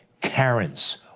Karens